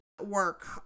work